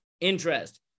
interest